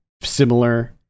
similar